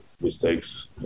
mistakes